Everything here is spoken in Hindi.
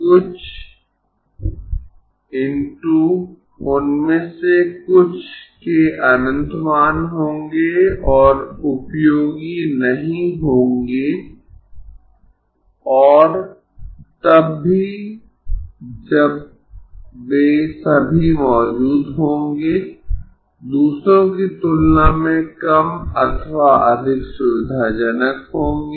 कुछ × उनमें से कुछ के अनंत मान होंगें और उपयोगी नहीं होंगें और तब भी जब वे सभी मौजूद होंगें दूसरों की तुलना में कम अथवा अधिक सुविधाजनक होंगें